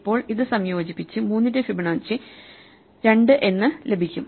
ഇപ്പോൾ ഇത് സംയോജിപ്പിച്ച് 3 ന്റെ ഫിബനാച്ചി 2 എന്ന് ലഭിക്കും